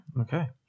Okay